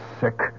sick